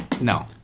no